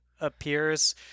appears